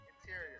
Interior